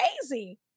crazy